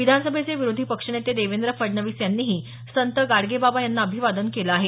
विधानसभेचे विरोधी पक्षनेते देवेंद्र फडणवीस यांनीही संत गाडगेबाबा यांना अभिवादन केलं आहे